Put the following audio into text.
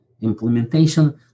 implementation